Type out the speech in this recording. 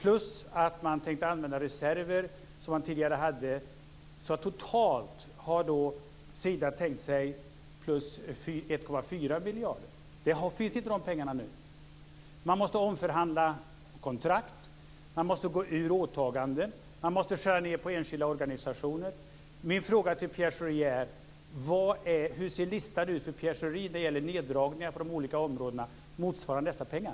Dessutom tänkte man använda reserver som man tidigare hade. Totalt har Sida tänkt sig plus 1,4 miljarder. De pengarna finns inte nu. Man måste omförhandla kontrakt. Man måste gå ur åtaganden. Man måste skära ned på enskilda organisationer. Min fråga till Pierre Schori är: Hur ser listan ut för Pierre Schori när det gäller neddragningar på de olika områdena motsvarande dessa pengar?